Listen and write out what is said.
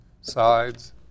sides